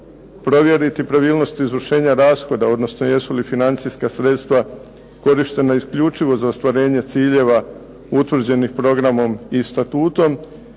provjeriti pravilnost izvršenja rashoda, odnosno jesu li financijska sredstava korištena isključivo za ostvarenje ciljeva utvrđenih programom i statutom